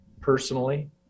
personally